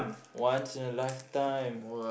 once in a lifetime